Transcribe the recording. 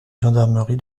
gendarmerie